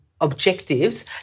objectives